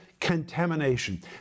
contamination